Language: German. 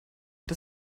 das